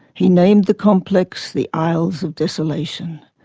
he named the complex the isles of desolation.